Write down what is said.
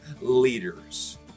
leaders